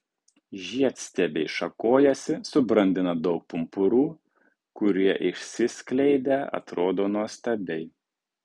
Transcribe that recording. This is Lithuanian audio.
žiedstiebiai šakojasi subrandina daug pumpurų kurie išsiskleidę atrodo nuostabiai